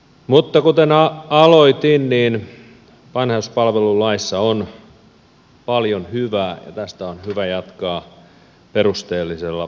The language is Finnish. mutta kuten aloitin vanhuspalvelulaissa on paljon hyvää ja tästä on hyvä jatkaa perusteellisella valiokuntatyöllä